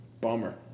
Bummer